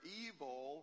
evil